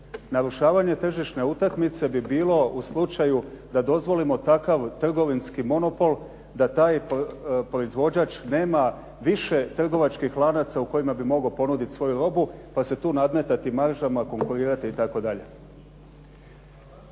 Narušavanje tržišne utakmice bi bilo u slučaju da dozvolimo takav trgovinski monopol da taj proizvođač nema više trgovačkih lanaca u kojima bi mogao ponuditi svoju robu pa se tu nadmetati maržama, konkurirati itd.